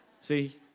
See